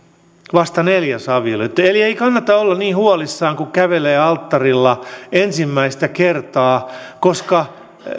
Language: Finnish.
vasta neljäs avioliitto eli ei kannata olla niin huolissaan kun kävelee alttarille ensimmäistä kertaa koska